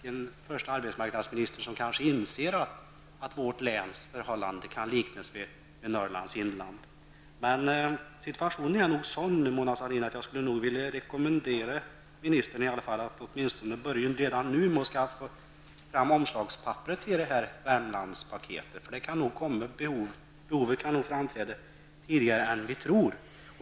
Det är kanske den första arbetsmarknadsministern som inser att vårt läns förhållanden kan liknas vid förhållandena i Norrlands inland. Men situationen är nog sådan, Mona Sahlin, att jag skulle vilja rekommendera ministern att redan nu börja ta fram omslagspapperet till det här Värmlandspaketet, eftersom behovet av ett sådant nog kan uppstå tidigare än vi tror.